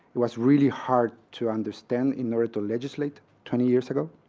it was really hard to understand in order to legislate twenty years ago.